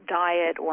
diet